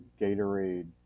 Gatorade